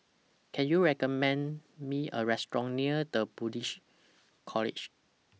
Can YOU recommend Me A Restaurant near The Buddhist College